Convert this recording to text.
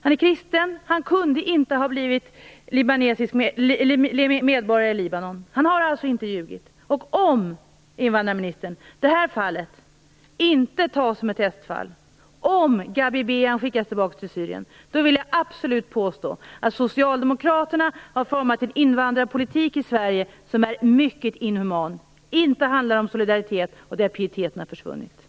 Han är kristen, och han kunde inte ha blivit medborgare i Libanon. Han har alltså inte ljugit. Invandrarministern, om detta fall inte tas som ett testfall och om Gabi Behan skickas tillbaka till Syrien, då vill jag absolut påstå att Socialdemokraterna har format en invandrarpolitik i Sverige som är mycket inhuman och som inte handlar om solidaritet och där pieteten har försvunnit.